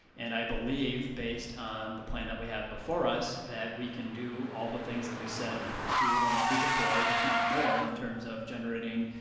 and i believe, based on the plan that we have before us, that we can do all the things that we said we were going to do before, if not more, in terms of generating,